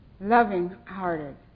loving-hearted